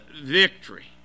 victory